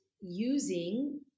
using